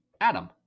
Adam